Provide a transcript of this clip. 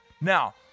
Now